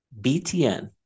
BTN